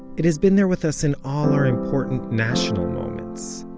it has been there with us in all our important national moments.